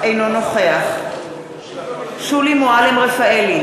אינו נוכח שולי מועלם-רפאלי,